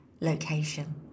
location